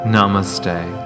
Namaste